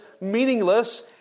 meaningless